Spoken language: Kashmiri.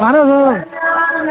اَہَن حظ اۭں